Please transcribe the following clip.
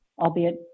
albeit